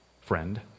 friend